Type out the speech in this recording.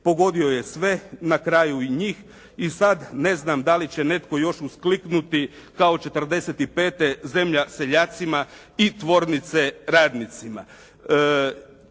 pogodio je sve, na kraju i njih i sad ne znam da li će netko još uskliknuti kao 1945. «Zemlja seljacima i tvornice radnicima!»